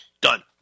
done